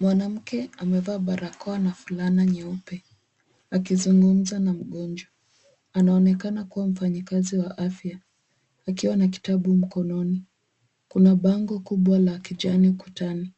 Mwanamke amevaa barakoa na fulana nyeupe, akizungumza na mgonjwa. Anaonekana kuwa mfanyakazi wa afya, akiwa na kitabu mkononi. Kuna bango kubwa la kijani ukutani.